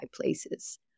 places